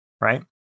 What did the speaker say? right